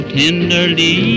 tenderly